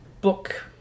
book